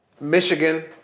Michigan